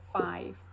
five